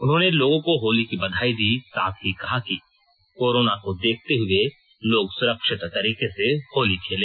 उन्होंने लोगों को होली की बधाई दी साथ ही कहा कि कोरोना को देखते हुए लोग सुरक्षित तरीके से होली खेले